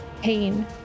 Pain